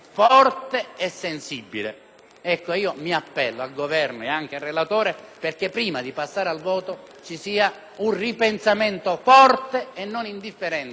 sensibile. Mi appello al Governo e al relatore perché prima di passare al voto vi sia un ripensamento forte e non indifferente,